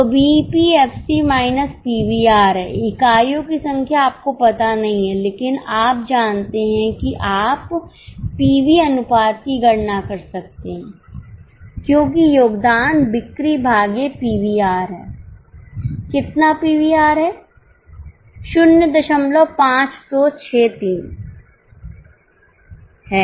तो B E P F C minus P V R है इकाइयों की संख्या आपको पता नहीं है लेकिन आप जानते हैं कि आप पीवी अनुपात की गणना कर सकते हैं क्योंकि योगदान बिक्री भागे पीवीआर है कितना पीवीआर है 05263 है